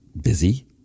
busy